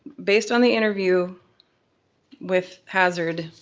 based on the interview with hazard,